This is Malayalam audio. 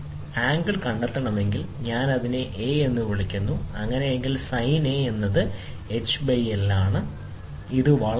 ഈ ആംഗിൾ കണ്ടെത്തണമെങ്കിൽ ഞാൻ അതിനെ A എന്ന് വിളിക്കുന്നു അതിനാൽ sinA എന്നത് h ന് തുല്യമാണ് ഇവിടെ h എന്നത് മറ്റൊന്നുമല്ല റോളറുകൾ തമ്മിലുള്ള ഉയരത്തിന്റെ വ്യത്യാസo റോളറുകൾ തമ്മിലുള്ള ദൂരം L ആണ്